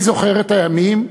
אני זוכר את הימים,